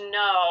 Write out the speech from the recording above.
no